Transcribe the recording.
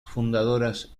fundadoras